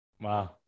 Wow